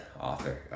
author